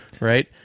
right